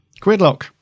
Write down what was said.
Quidlock